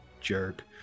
jerk